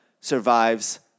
survives